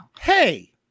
Hey